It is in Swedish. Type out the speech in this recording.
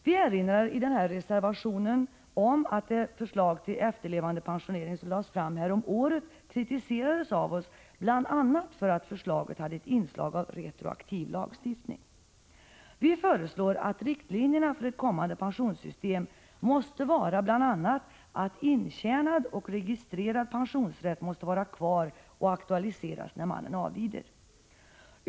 Vi erinrar i reservationen om att vi kritiserade det förslag till efterlevandepensionering som lades fram häromåret, bl.a. därför att förslaget hade ett inslag av retroaktiv lagstiftning. Vi föreslår att riktlinjerna för ett kommande pensionssystem skall vara att bl.a. ”intjänad” och registrerad pensionsrätt måste vara kvar och aktualiseras när mannen avlider.